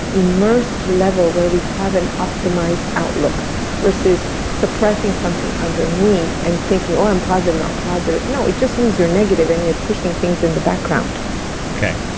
immersed level where we have an optimized outlook versus suppressing something underneath and thinking, oh i'm positive, i'm positive. no it just means you're negative and you're pushing things in the background okay,